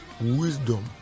Wisdom